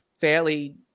fairly